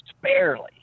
barely